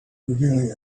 revealing